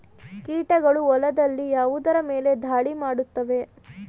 ಕೀಟಗಳು ಹೊಲದಲ್ಲಿ ಯಾವುದರ ಮೇಲೆ ಧಾಳಿ ಮಾಡುತ್ತವೆ?